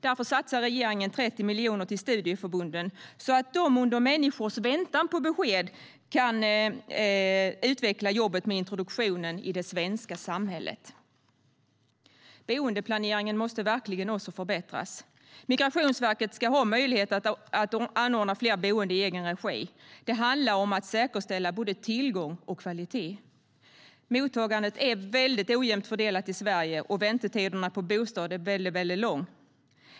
Därför satsar regeringen 30 miljoner på studieförbunden, så att de under människors väntan på besked kan utveckla jobbet med introduktionen i det svenska samhället. Boendeplaneringen måste verkligen också förbättras. Migrationsverket ska ha möjlighet att anordna fler boenden i egen regi. Det handlar om att säkerställa både tillgång och kvalitet. Mottagandet är väldigt ojämnt fördelat i Sverige, och väntetiderna för bostäder är mycket långa.